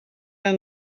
and